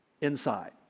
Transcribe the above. inside